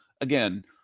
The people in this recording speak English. Again